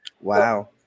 Wow